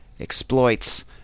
exploits